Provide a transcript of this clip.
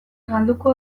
galduko